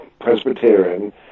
Presbyterian